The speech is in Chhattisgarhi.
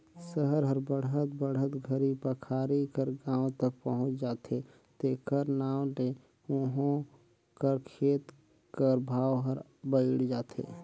सहर हर बढ़त बढ़त घरी पखारी कर गाँव तक पहुंच जाथे तेकर नांव ले उहों कर खेत कर भाव हर बइढ़ जाथे